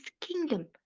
kingdom